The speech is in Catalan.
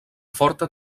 forta